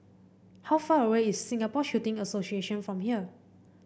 how far away is Singapore Shooting Association from here